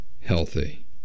healthy